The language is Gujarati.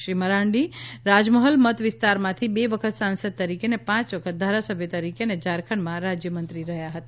શ્રી મરાંડી રાજમહલ મત વિસ્તારમાંથી બે વખત સાંસદ તરીકે અને પાંચ વખત ધારાસભ્ય તરીકે અને ઝારખંડમાં રાજ્યમંત્રી હતા